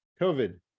COVID